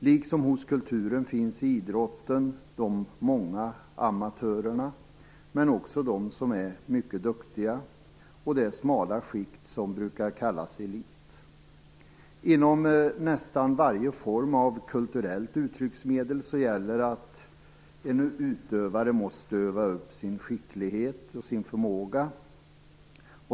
Liksom hos kulturen finns i idrotten de många amatörerna men också de som är mycket duktiga och det smala skikt som brukar kallas elit. Inom nästan varje form av kulturellt uttrycksmedel gäller att en utövare måste öva upp sin skicklighet och sin förmåga.